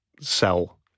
sell